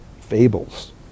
fables